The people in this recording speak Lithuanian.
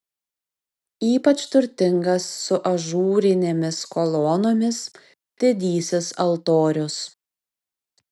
ypač turtingas su ažūrinėmis kolonomis didysis altorius